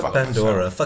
Pandora